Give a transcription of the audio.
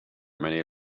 many